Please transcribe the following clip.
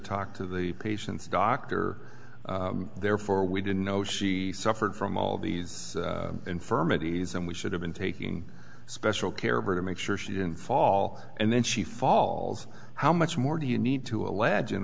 talk to the patients doctor therefore we didn't know she suffered from all these infirmities and we should have been taking special care of her to make sure she didn't fall and then she falls how much more do you need to allege in